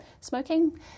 smoking